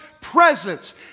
presence